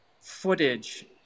footage